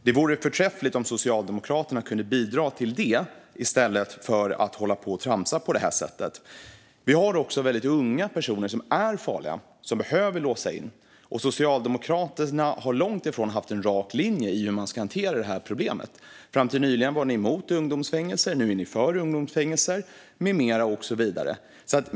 Det vore förträffligt om Socialdemokraterna kunde bidra till det i stället för att hålla på och tramsa på det här sättet. Vi har också väldigt unga personer som är farliga och som vi behöver låsa in. Socialdemokraterna har långt ifrån haft en rak linje i hur man ska hantera det problemet. Fram till nyligen var ni emot ungdomsfängelser, nu är ni för ungdomsfängelser - med mera, och så vidare.